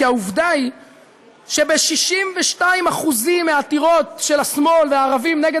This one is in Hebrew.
כי העובדה היא שב-62% מהעתירות של השמאל והערבים נגד